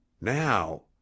Now